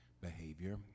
behavior